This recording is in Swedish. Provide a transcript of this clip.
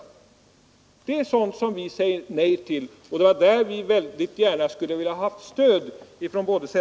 Det är sådant som vi säger nej till. Vi vill väldigt gärna ha stöd från både